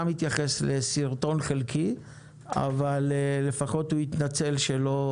גם התייחס לסרטון חלקי אבל לפחות הוא התנצל שלא